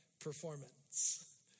performance